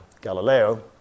Galileo